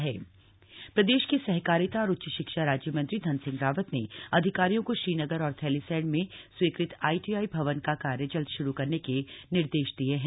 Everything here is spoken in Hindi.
धन सिंह रावतु प्रदेश के सहकारिता और उच्च शिक्षा राज्य मंत्री धन सिंह रावत ने अधिकारियों को श्रीनगर और थैलीसैंण में स्वीकृत आईटीआई भवन का कार्य जल्द श्रू करने के निर्देश दिये हैं